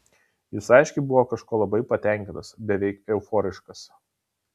jis aiškiai buvo kažkuo labai patenkintas beveik euforiškas